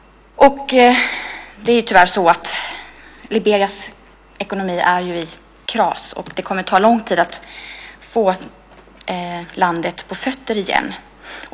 Liberias ekonomi är kraschad, och det kommer att ta lång tid att få landet på fötter igen.